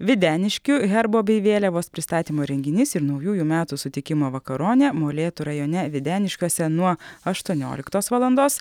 videniškių herbo bei vėliavos pristatymo renginys ir naujųjų metų sutikimo vakaronė molėtų rajone videniškiuose nuo aštuonioliktos valandos